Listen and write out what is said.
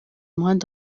muhanda